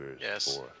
yes